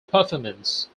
performance